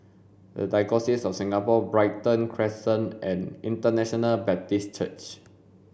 the Diocese of Singapore Brighton Crescent and International Baptist Church